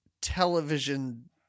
television